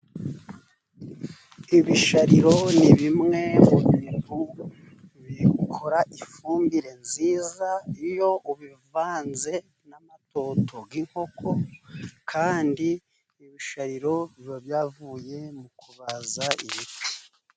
Ibishariro ni bimwe mu bintu bikora ifumbire nziza iyo ubivanze n'amatoto y'inkoko kandi ibishariro biba byavuye mu kubaza ibiti.